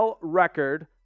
record